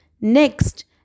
Next